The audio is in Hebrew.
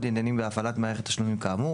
עניינים בהפעלת מערכת התשלומים כאמור,